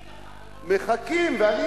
מחכים לך,